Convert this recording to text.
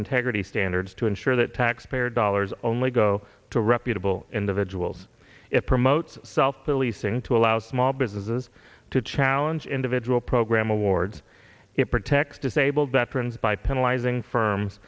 integrity standards to ensure that taxpayer dollars only go to reputable individuals it promotes self policing to allow small businesses to challenge individual program awards it protects disabled veterans by penalize ing firms